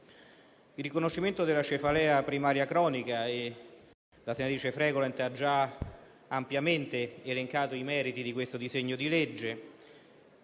Commissioni. La cefalea primaria cronica - la senatrice Fregolent ha già ampiamente elencato i meriti del disegno di legge